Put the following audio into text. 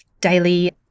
daily